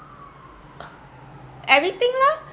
everything lor